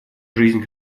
жизнь